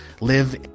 live